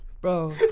Bro